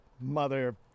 mother